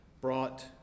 brought